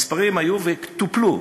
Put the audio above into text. המספרים היו וטופלו,